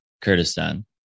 Kurdistan